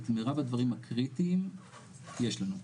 את מירב הדברים הקריטיים יש לנו.